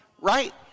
right